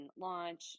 launch